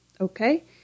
okay